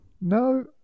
No